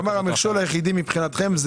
אתה אומר המכשול היחידי מבחינתכם,